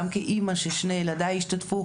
גם כאימא ששני ילדיי השתתפו,